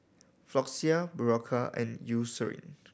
Floxia Berocca and Eucerin